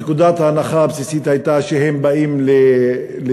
נקודת ההנחה הבסיסית הייתה שהם באים לגזול,